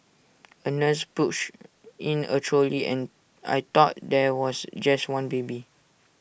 A nurse pushed in A trolley and I thought there was just one baby